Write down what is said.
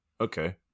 Okay